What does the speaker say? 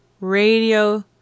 Radio